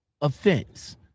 offense